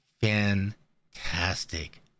fantastic